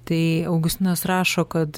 tai augustinas rašo kad